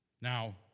Now